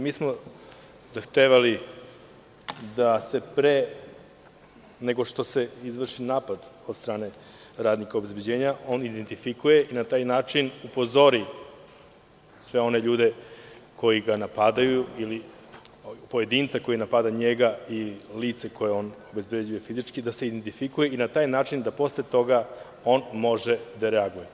Mi smo zahtevali da se pre nego što se izvrši napad od strane radnika obezbeđenja on identifikuje i na taj način upozori sve one ljude koji ga napadaju ili pojedinca koji napada njega ili lice koje on obezbeđuje fizički, da se identifikuje i na taj način da posle toga on može da reaguje.